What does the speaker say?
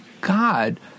god